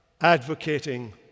advocating